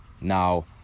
Now